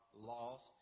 lost